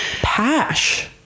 pash